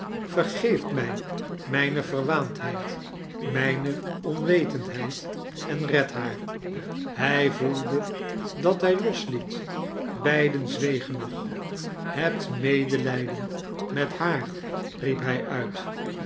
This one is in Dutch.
vergeeft mij mijne verwaandheid mijne onwetendheid en redt haar hij voelde dat hij losldet beiden zwegen nog hebt medelijden met haar riep hij uit